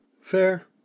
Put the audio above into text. Fair